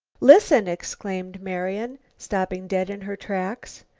listen! exclaimed marian, stopping dead in her tracks.